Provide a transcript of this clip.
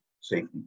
safety